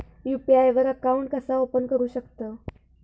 UPI वर account कसा open करू शकतव?